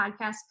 podcast